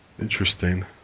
Interesting